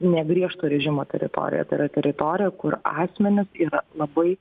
ne griežto režimo teritorija tai yra teritorija kur asmenys yra labai